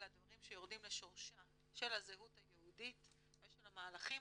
אלא דברים שיורדים לשורשם של הזהות היהודית ושל המהלכים,